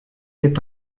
est